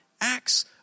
acts